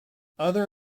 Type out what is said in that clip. other